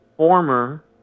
Former